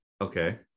okay